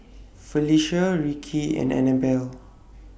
Felecia Rickie and Anabelle